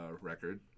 record